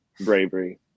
bravery